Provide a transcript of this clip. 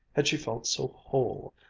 had she felt so whole,